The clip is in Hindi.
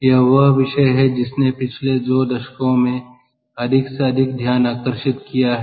यह वह विषय है जिसने पिछले दो दशकों में अधिक से अधिक ध्यान आकर्षित किया है